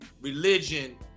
religion